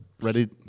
ready